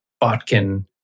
Botkin